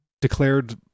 declared